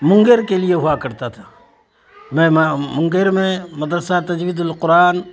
مونگیر کے لیے ہوا کرتا تھا میں مونگیر میں مدرسہ تجوید القرآن